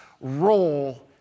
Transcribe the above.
role